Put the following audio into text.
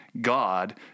God